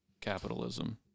capitalism